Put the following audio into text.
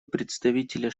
представителя